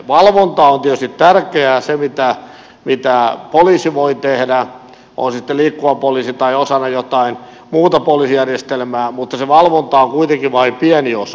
valvonta on tietysti tärkeää se mitä poliisi voi tehdä on se sitten liikkuva poliisi tai osana jotain muuta poliisijärjestelmää mutta se valvonta on kuitenkin vain pieni osa